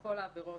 כל העבירות